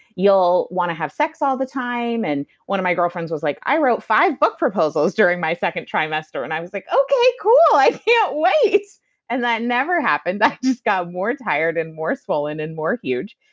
you'll want to have sex all the time. and one of my girlfriends was like, i wrote five book proposals during my second trimester. and i was like, okay, cool. i can't yeah wait. and that never happened. but i just got more tired and more swollen and more huge,